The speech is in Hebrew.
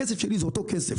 הכסף שלי זה אותו כסף,